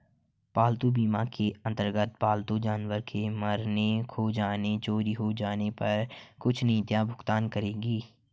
पालतू बीमा के अंतर्गत पालतू जानवर के मरने, खो जाने, चोरी हो जाने पर कुछ नीतियां भुगतान करेंगी